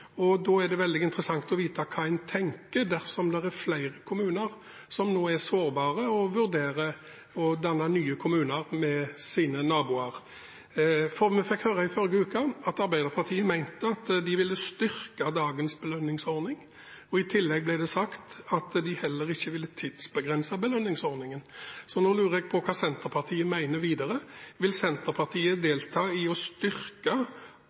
periode. Da er det veldig interessant å få vite hva en tenker dersom det er flere kommuner som nå er sårbare og vurderer å danne nye kommuner med sine naboer, for vi fikk i forrige uke høre at Arbeiderpartiet ville styrke dagens belønningsordning. I tillegg ble det sagt at de ikke ville tidsbegrense belønningsordningen. Nå lurer jeg på hva Senterpartiet mener videre. Vil Senterpartiet delta i å styrke